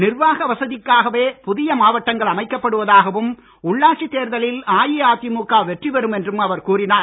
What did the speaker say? நிர்வாக வசதிக்காகவே புதிய மாவட்டங்கள் அமைக்கப்படுவதாகவும் உள்ளாட்சி தேர்தலில் அஇஅதிமுக வெற்றி பெறும் என்றும் அவர் கூறினார்